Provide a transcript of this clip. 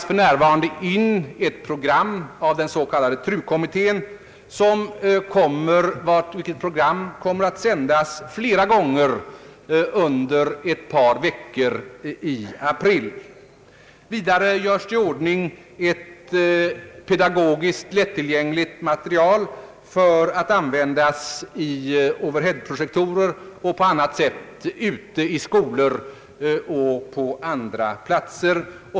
För närvarande spelar den s.k. TRU-kommittén in ett program, som kommer att sändas flera gånger under ett par veckor i april. Vidare görs det i ordning ett pedagogiskt lättillgängligt material för att användas i overhead-projektorer och på andra sätt ute i skolor och på andra platser.